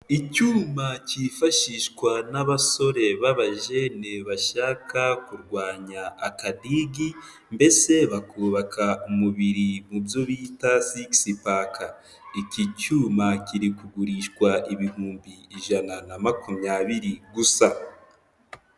Icyuma cyifashishwa n'abasore b'ababajene bashaka kurwanya akadigi, mbese bakubaka umubiri mu byo bita sikisi paka, iki cyuma kiri kugurishwa ibihumbi ijana na makumyabiri gusa.